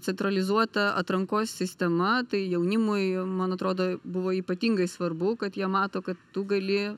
centralizuota atrankos sistema tai jaunimui man atrodo buvo ypatingai svarbu kad jie mato kad tu gali